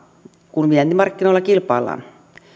kun vientimarkkinoilla kilpaillaan